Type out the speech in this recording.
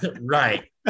right